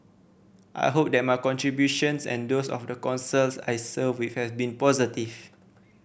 i hope that my contributions and those of the Councils I served with have been positive